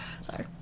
Sorry